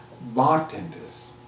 Bartenders